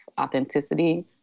authenticity